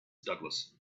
douglas